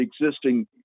existing